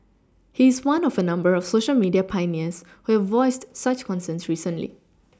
he is one of a number of Social media pioneers who voiced such concerns recently